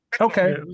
okay